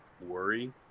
worry